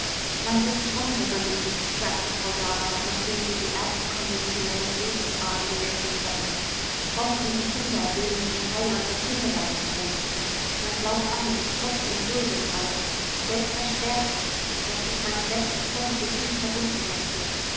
man wird fromm wenn man liebt sagte frau sara nachdem sie die ersten konventionellen redensarten gewechselt hatten fromm wie die kinder denen ihr heiland das himmelreich verheißt man glaubt alles hofft und duldet alles selbst das schwerste daß ich meinen besten freund so tief verwunden mußte